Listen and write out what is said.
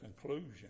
conclusion